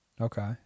Okay